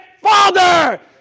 Father